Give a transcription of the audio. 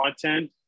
content